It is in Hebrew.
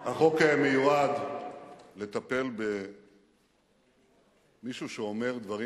החוק מיועד לטפל במישהו שאומר דברים